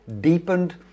deepened